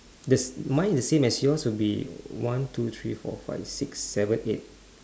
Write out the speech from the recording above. does mine is same as yours will be one two three four five six seven eight